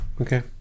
okay